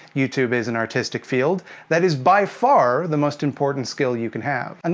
youtube is an artistic field that is by far the most important skill you can have. and